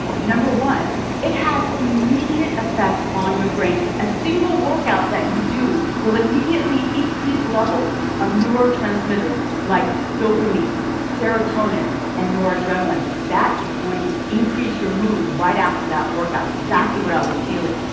number one it has immediate effects on your brain. a single workout that you do will immediately increase levels of neurotransmitters like dopamine, serotonin and noradrenaline. that is going to increase your mood right after that workout, exactly what i was feeling.